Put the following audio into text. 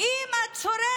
ואם היא שורדת,